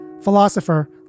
Philosopher